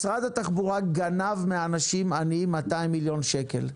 משרד התחבורה גנב מאנשים עניים 200 מיליון שקל,